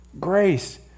Grace